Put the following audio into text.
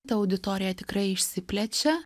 ta auditorija tikrai išsiplečia